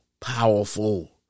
powerful